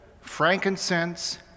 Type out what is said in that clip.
frankincense